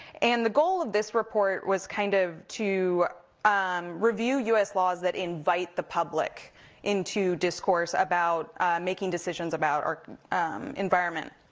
and the goal of this report was kind of to um review u s. laws that invite the public into discourse about making decisions about our environment.